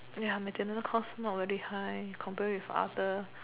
ya maintenance cost not very high compared with other